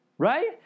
Right